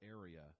area